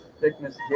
thickness